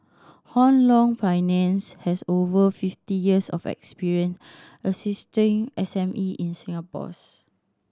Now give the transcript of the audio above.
Hong Leong Finance has over fifty years of experience assisting S M E in Singapore's